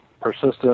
persistent